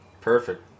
Perfect